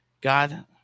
God